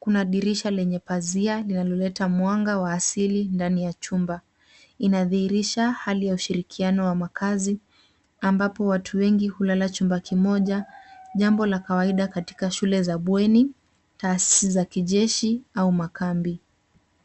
Kuna dirisha lenye pazia linaloleta mwanga wa asili ndani ya chumba. Inadhirisha hali ya ushirikiano wa makaazi, ambapo watu wengi hulala chumba kimoja, jambo la kawaida katika shule za bweni, taasisi za kijeshi au makambi.